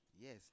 Yes